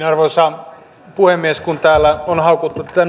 arvoisa puhemies kun täällä on haukuttu tätä